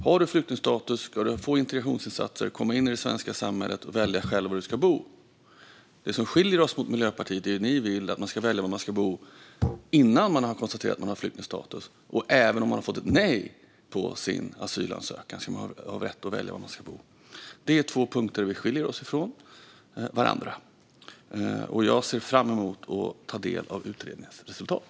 Om de har flyktingstatus ska de få integrationsinsatser, komma in i det svenska samhället och själva välja var de ska bo. Det som skiljer oss från er i Miljöpartiet, Maria Ferm, är att ni vill att de ska välja var de ska bo innan det har konstaterats att de har flyktingstatus. Och även om de har fått ett nej på sin asylansökan ska de ha rätt att välja var de ska bo. Det är två punkter där våra åsikter skiljer sig åt. Jag ser fram emot att ta del av utredningens resultat.